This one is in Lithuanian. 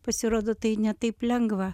pasirodo tai ne taip lengva